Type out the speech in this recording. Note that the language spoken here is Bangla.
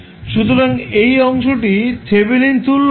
সুতরাং এই অংশটি থেভেনিন তুল্য হবে